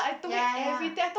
ya ya ya